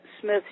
Smith